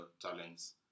talents